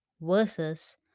versus